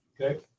Okay